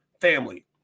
family